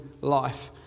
life